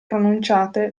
pronunciate